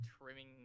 trimming